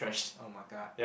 !oh-my-god!